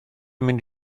mynd